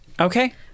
Okay